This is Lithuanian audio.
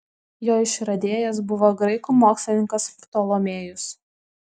jo išradėjas buvo graikų mokslininkas ptolomėjus